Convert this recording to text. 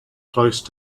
close